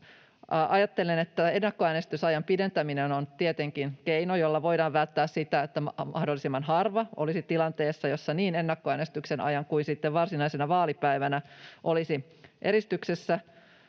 Ajattelen, että ennakkoäänestysajan pidentäminen on tietenkin keino, jolla voidaan varmistaa se, että mahdollisimman harva olisi tilanteessa, jossa niin ennakkoäänestyksen ajan kuin sitten varsinaisena vaalipäivänä olisi eristyksessä.